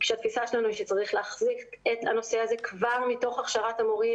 כשהתפיסה שלנו היא שצריך להחזיק את הנושא הזה כבר מתוך הכשרת המורים.